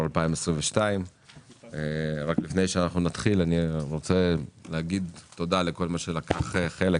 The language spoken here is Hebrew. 2022. לפני שנתחיל אני רוצה להגיד תודה לכל מי שלקח חלק